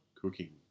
cooking